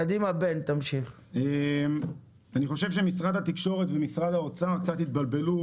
אני חושב שמשרד התקשורת ומשרד האוצר קצת התבלבלו